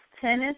tennis